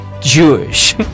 Jewish